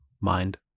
mind